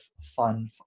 fun